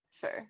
Sure